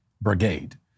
brigade